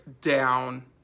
down